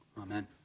Amen